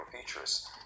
features